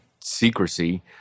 secrecy